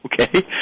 Okay